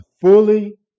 fully